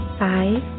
five